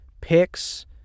picks